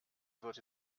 wird